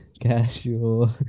Casual